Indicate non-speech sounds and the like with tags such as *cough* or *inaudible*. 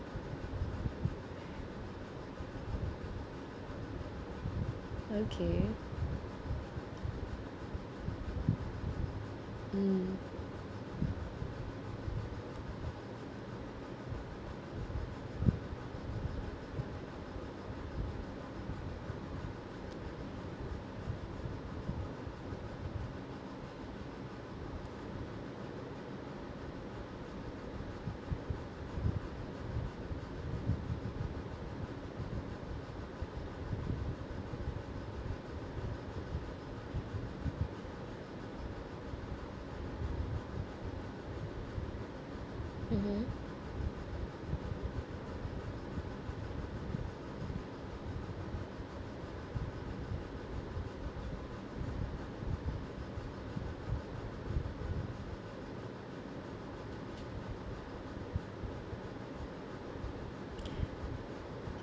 okay mm mmhmm *breath*